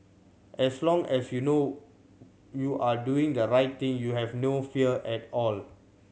as long as you know you are doing the right thing you have no fear at all